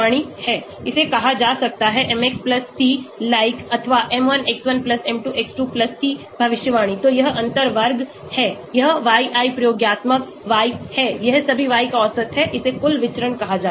इसे कहा जा सकता है mx c लाइक अथवा m1x1 m2x2 c भविष्यवाणी तो यह अंतर वर्ग है यह yi प्रयोगात्मक y है यह सभी y का औसत है इसे कुल विचरण कहा जाता है